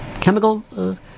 chemical